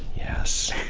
yes.